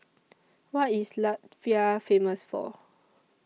What IS Latvia Famous For